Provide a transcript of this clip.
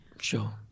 Sure